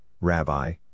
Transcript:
Rabbi